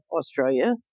Australia